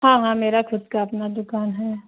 ہاں ہاں میرا خود کا اپنا دکان ہے